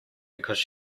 because